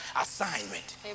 assignment